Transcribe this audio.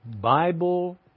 Bible